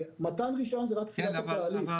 מתן רישיון זו רק תחילת התהליך.